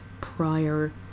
prior